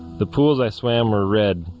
the pools i swam were red,